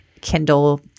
Kindle